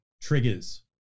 triggers